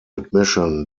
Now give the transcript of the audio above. admission